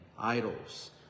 idols